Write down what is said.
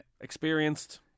Experienced